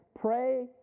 pray